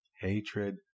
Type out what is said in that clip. hatred